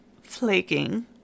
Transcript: flaking